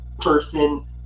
person